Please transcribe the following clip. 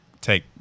take